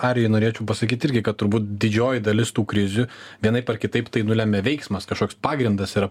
arijui norėčiau pasakyt irgi kad turbūt didžioji dalis tų krizių vienaip ar kitaip tai nulemia veiksmas kažkoks pagrindas yra